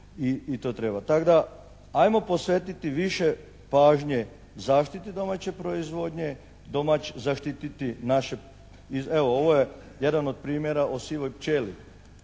i to treba. Tak da ajmo posvetiti više pažnje zaštiti domaće proizvodnje, zaštititi naše, evo ovo je jedan od primjera o sivoj pčeli.